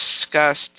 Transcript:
discussed